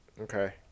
Okay